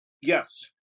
Yes